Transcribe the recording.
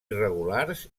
irregulars